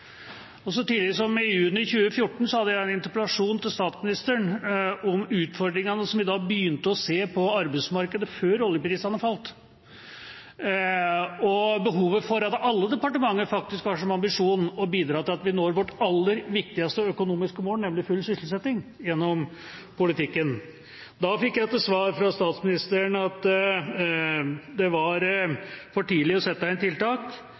Så tidlig som i juni 2014 hadde jeg en interpellasjon til statsministeren om utfordringene som vi da begynte å se på arbeidsmarkedet, før oljeprisen falt, og om behovet for at alle departementer har som ambisjon å bidra til at vi når vårt aller viktigste økonomiske mål, nemlig full sysselsetting gjennom politikken. Da fikk jeg til svar fra statsministeren at det var for tidlig å sette inn tiltak,